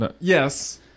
yes